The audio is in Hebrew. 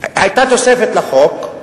היתה תוספת לחוק,